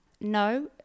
No